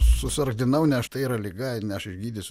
susargdinau ne aš tai yra liga ne aš išgydysiu